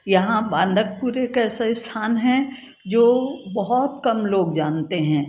यहाँ बांदकपुर एक ऐसा स्थान है जो बहुत कम लोग जानते हैं